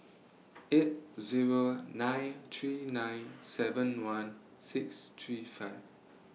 eight Zero nine three nine seven one six three five